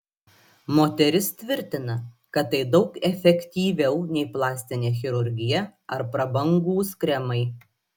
moteris tvirtina kad tai daug efektyviau nei plastinė chirurgija ar prabangūs kremai